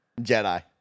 Jedi